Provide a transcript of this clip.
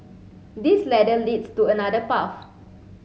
this ladder leads to another path